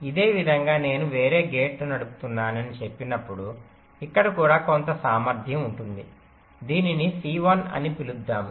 ఇదే విధంగా నేను వేరే గేటును నడుపుతున్నానని చెప్పినప్పుడు ఇక్కడ కూడా కొంత సామర్థ్యం ఉంటుంది దీనిని C1 అని పిలుద్దాం